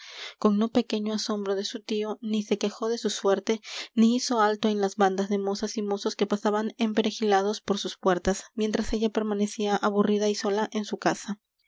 con no pequeño asombro de su tío ni se quejó de su suerte ni hizo alto en las bandas de mozas y mozos que pasaban emperejilados por sus puertas mientras ella permanecía aburrida y sola en su casa